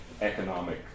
economic